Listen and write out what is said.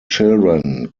children